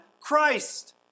Christ